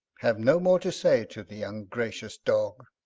have no more to say to the ungracious dog.